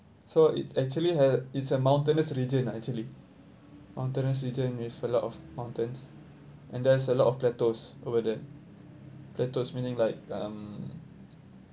so it actually uh it's a mountainous region ah actually mountainous region with a lot of mountains and there's a lot of plateaus over there plateaus meaning like um